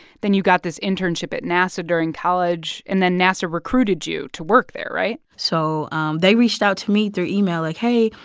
then you got this internship at nasa during college, and then nasa recruited you to work there, right? so they reached out to me through email like, hey,